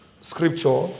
scripture